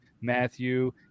Matthew